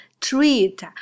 treat